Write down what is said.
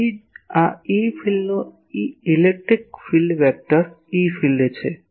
તેથી આ ઇ ફીલ્ડનો ઇલેક્ટ્રિક ફીલ્ડ સદિશ E ફિલ્ડ છે